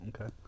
Okay